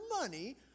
money